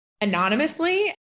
anonymously